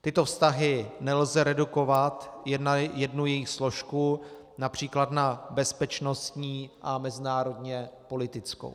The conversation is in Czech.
Tyto vztahy nelze redukovat na jednu jejich složku, například na bezpečnostní a mezinárodněpolitickou.